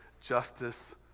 justice